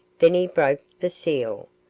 then he broke the seal,